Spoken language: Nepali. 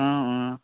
अँ अँ